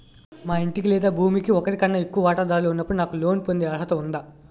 మా ఇంటికి లేదా భూమికి ఒకరికన్నా ఎక్కువ వాటాదారులు ఉన్నప్పుడు నాకు లోన్ పొందే అర్హత ఉందా?